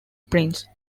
prince